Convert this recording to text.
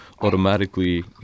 automatically